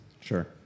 Sure